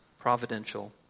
providential